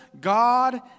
God